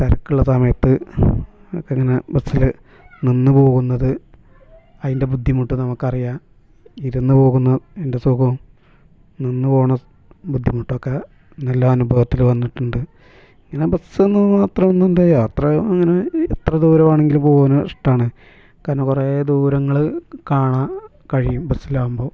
തിരക്കുള്ള സമയത്ത് നമുക്ക് ഇങ്ങനെ ബസ്സിൽ നിന്ന് പോകുന്നത് അതിൻ്റെ ബുദ്ധിമുട്ട് നമുക്കറിയാം ഇരുന്ന് പോകുന്നതിൻ്റെ സുഖവും നിന്ന് പോകുന്ന ബുദ്ധിമുട്ടൊക്കെ നല്ല അനുഭവത്തിൽ വന്നിട്ടുണ്ട് ഇങ്ങനെ ബസ്സിൽനിന്നൊന്നും അത്ര ഒന്നും എന്താ യാത്ര അങ്ങനെ എത്ര ദൂരെ വേണമെങ്കിലും പോവാൻ ഇഷ്ടമാണ് കാരണം കുറേ ദൂരങ്ങൾ കാണാൻ കഴിയും ബസ്സിലാവുമ്പോൾ